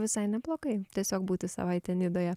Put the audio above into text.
visai neblogai tiesiog būti savaitę nidoje